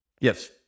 Yes